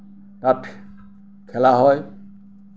তাত খেলা হয়